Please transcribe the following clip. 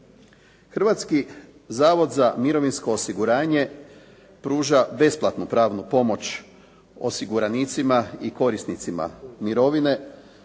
Hrvatski zavod za mirovinsko osiguranje pruža besplatnu pravnu pomoć osiguranicima i korisnicima mirovine.